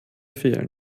fehlen